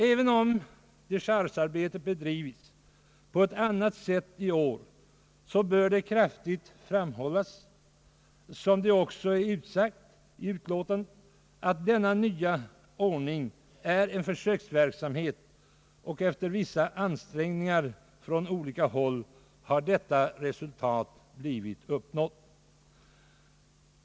Även om dechargearbetet har bedrivits på ett annat sätt i år, bör det kraftigt framhållas, vilket också är utsagt i memorialet, att den nya ordningen är en försöksverksamhet och att det resultat som uppnåtts har kommit till stånd efter vissa ansträngningar från olika håll.